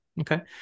okay